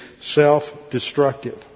self-destructive